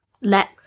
let